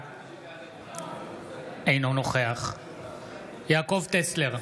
אינו נוכח יעקב טסלר,